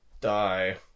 die